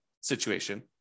situation